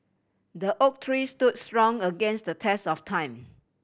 the oak tree stood strong against the test of time